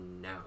No